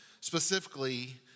specifically